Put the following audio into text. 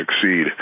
succeed